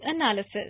Analysis